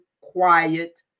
quiet